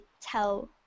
tell